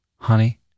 Honey